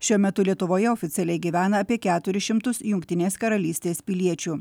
šiuo metu lietuvoje oficialiai gyvena apie keturis šimtus jungtinės karalystės piliečių